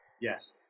Yes